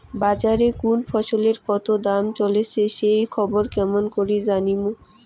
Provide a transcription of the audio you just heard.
বাজারে কুন ফসলের কতো দাম চলেসে সেই খবর কেমন করি জানীমু?